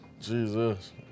Jesus